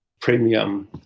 premium